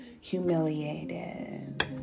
humiliated